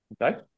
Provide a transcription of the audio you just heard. Okay